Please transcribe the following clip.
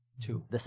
Two